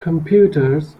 computers